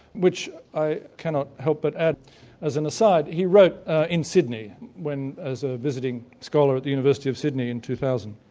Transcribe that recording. which i cannot help but add as an aside he wrote in sydney, as a visiting scholar at the university of sydney in two thousand.